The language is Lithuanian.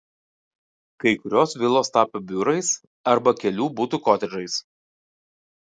kai kurios vilos tapo biurais arba kelių butų kotedžais